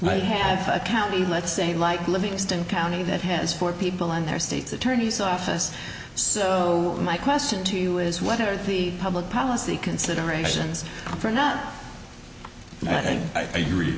might have a county let's say like livingston county that has four people on their state's attorney's office so my question to you is what are the public policy considerations for not i think i agree